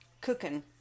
cooking